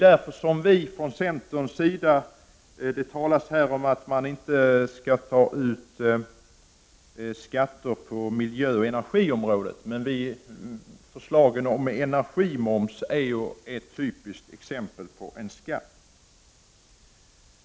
Det talas här om att man inte skall ta ut skatter på miljöoch energiområdet. Förslaget om energimoms är ju ett typiskt exempel på en skatt.